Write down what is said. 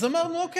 אז אמרנו: אוקיי,